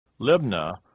Libna